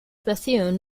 bethune